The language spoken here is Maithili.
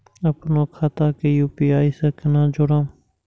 अपनो खाता के यू.पी.आई से केना जोरम?